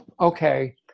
okay